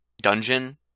dungeon